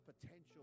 potential